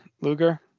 Luger